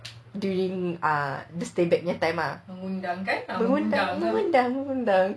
during the stay back punya time ah mengundang